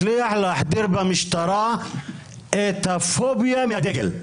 הצליח להחדיר במשטרה את הפוביה מהדגל.